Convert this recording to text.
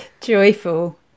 joyful